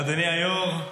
אדוני היו"ר,